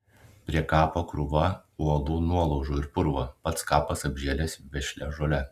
prie kapo krūva uolų nuolaužų ir purvo pats kapas apžėlęs vešlia žole